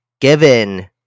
given